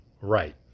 Right